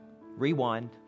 Rewind